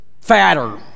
fatter